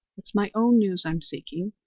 it's my own news i'm seeking.